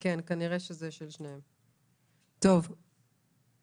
אני עובד במרכז לעיוורים וחירשים, אני מייצג